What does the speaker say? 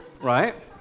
Right